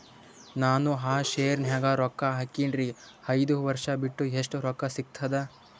ನಾನು ಆ ಶೇರ ನ್ಯಾಗ ರೊಕ್ಕ ಹಾಕಿನ್ರಿ, ಐದ ವರ್ಷ ಬಿಟ್ಟು ಎಷ್ಟ ರೊಕ್ಕ ಸಿಗ್ತದ?